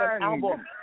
album